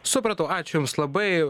supratau ačiū jums labai